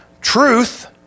truth